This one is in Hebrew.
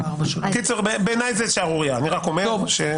בעיניי זו שערורייה, אני רק אומר.